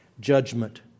judgment